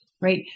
right